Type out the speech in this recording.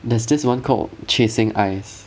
there's this one called chasing ice